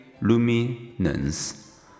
Luminance